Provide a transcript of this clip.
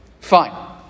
Fine